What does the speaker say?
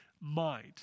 mind